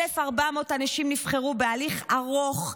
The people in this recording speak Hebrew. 1,400 אנשים נבחרו בתהליך ארוך,